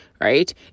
right